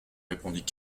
répondit